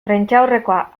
prentsaurrekoa